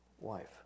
wife